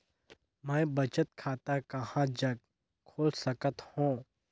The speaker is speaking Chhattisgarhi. मैं बचत खाता कहां जग खोल सकत हों?